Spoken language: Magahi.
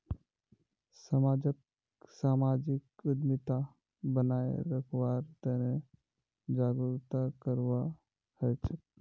समाजक सामाजिक उद्यमिता बनाए रखवार तने जागरूकता करवा हछेक